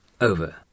over